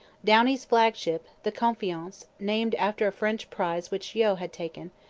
downie's flagship, the confiance, named after a french prize which yeo had taken,